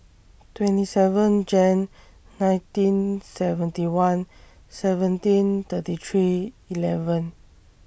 twenty seven Jan nineteen seventy one seventeen thirty three eleven